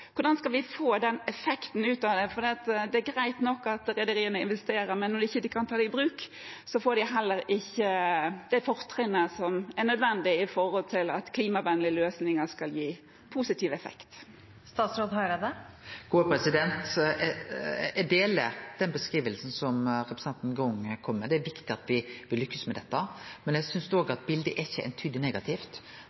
Hvordan skal vi få den effekten ut av det? Det er greit nok at rederiene investerer, men når de ikke kan ta det i bruk, får de heller ikke det fortrinnet som er nødvendig, med tanke på at klimavennlige løsninger skal gi positiv effekt. Eg deler den beskrivinga som representanten Grung kjem med. Det er viktig at me lykkast med dette, men eg synest at bildet ikkje er eintydig negativt når me ser at det er 83 prosjekt i gang, og